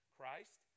Christ